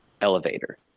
elevator